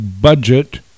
budget